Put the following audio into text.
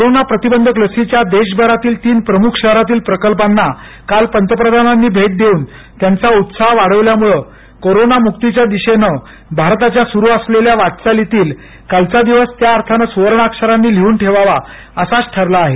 corona प्रतिबंधक लसीच्या देशभरातील तीन प्रमुख शहरातील प्रकल्पाना काल पंतप्रधानांनी भेट देऊन त्यांचा उत्साह वाढवल्यामुळं कोरोना मुक्तीच्या दिशेनं भारताच्या सुरु असलेल्या वाटचालीतील आजचा दिवस त्याअर्थाने सुवर्णाक्षरांनी लिहून ठेवावा असाच ठरला आहे